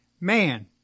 man